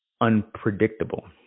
unpredictable